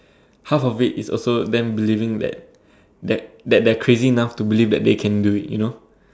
half of it is also them believing that that crazy numb believing that they can do it you know